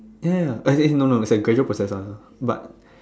ya ya as in no no is a casual process one but